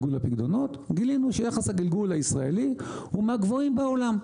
גילינו שיחס הגלגול הישראלי הוא מהגבוהים בעולם,